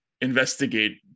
investigate